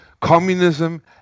Communism